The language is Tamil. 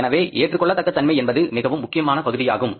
எனவே ஏற்றுக்கொள்ளத்தக்க தன்மை என்பது மிகவும் முக்கியமான பகுதியாகும்